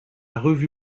revue